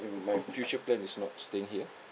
mm my future plan is not staying here